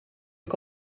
heb